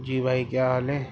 جی بھائی کیا حال ہیں